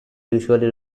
usually